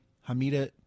Hamida